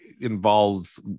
involves